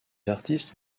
artistes